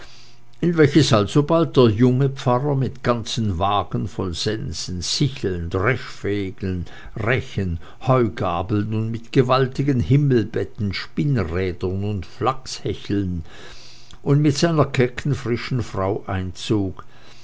in welches alsobald der junge pfarrer mit ganzen wagen voll sensen sicheln dreschflegeln rechten heugabeln mit gewaltigen himmelbetten spinnrädern und flachshecheln und mit seiner kecken frischen frau einzog